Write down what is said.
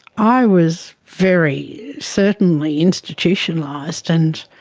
i was very certainly institutionalised, and